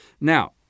Now